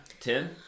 ten